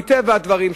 מטבע הדברים,